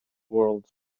world